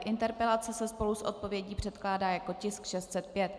Interpelace se spolu s odpovědí předkládá jako tisk 605.